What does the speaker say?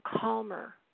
calmer